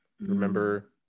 remember